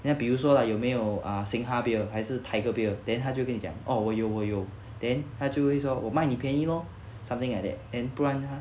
then 比如说 lah 有没有 uh Singha beer 还是 Tiger beer then 他就跟你讲 oh 我有我有 then 他就会说我卖你便宜 lor something like that and 不然他